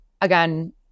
again